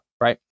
right